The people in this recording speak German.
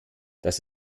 das